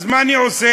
אז מה אני עושה?